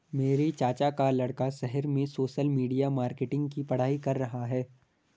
मेरे चाचा का लड़का शहर में सोशल मीडिया मार्केटिंग की पढ़ाई कर रहा है